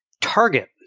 Target